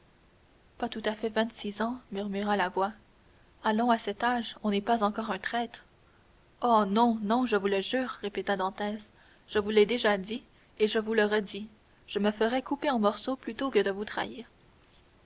pas tout à fait vingt-six ans murmura la voix allons à cet âge on n'est pas encore un traître oh non non je vous le jure répéta dantès je vous l'ai déjà dit et je vous le redis je me ferai couper en morceaux plutôt que de vous trahir